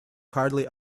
hardly